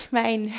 mijn